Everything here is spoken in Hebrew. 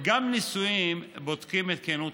לא גרו יחד.